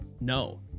No